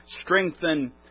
strengthen